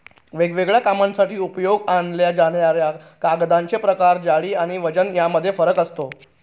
वेगवेगळ्या कामांसाठी उपयोगात आणल्या जाणाऱ्या कागदांचे प्रकार, जाडी आणि वजन यामध्ये फरक असतो